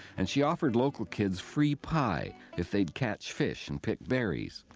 and she offered local kids free pie if they'd catch fish and pick berries.